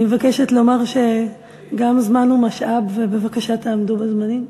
אני מבקשת לומר שגם זמן הוא משאב ובבקשה תעמדו בזמנים.